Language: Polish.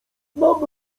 znam